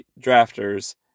drafters